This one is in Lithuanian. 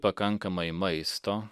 pakankamai maisto